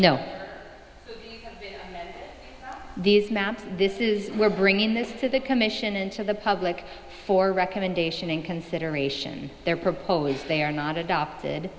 know these maps this is we're bringing this to the commission and to the public for recommendation in consideration their proposal is they are not adopted